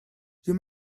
you